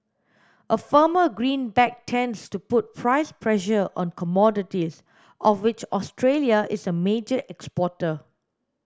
a firmer greenback tends to put price pressure on commodities of which Australia is a major exporter